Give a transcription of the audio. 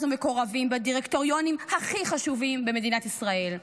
ולמקורבים בדירקטוריונים הכי חשובים של מדינת ישראל.